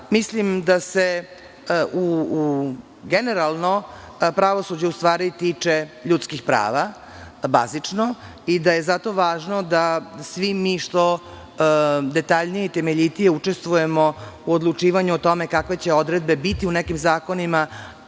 lica. Mislim da se generalno pravosuđe u stvari tiče ljudskih prava, bazično, i da je zato važno da svi mi što detaljnije i temeljitije učestvujemo u odlučivanju o tome kakve će odredbe biti u nekim zakonima